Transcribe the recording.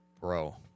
bro